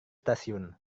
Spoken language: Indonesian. stasiun